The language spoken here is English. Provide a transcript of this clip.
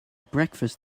breakfast